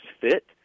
fit